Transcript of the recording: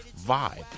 vibe